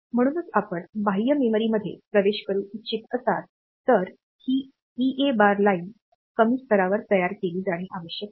म्हणूनच आपण बाह्य मेमरीमध्ये प्रवेश करू इच्छित असाल तर ही ईए बार लाइन कमी स्तरावर तयार केली जाणे आवश्यक आहे